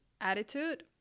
attitude